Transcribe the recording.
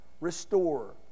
restore